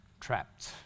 trapped